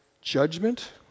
judgment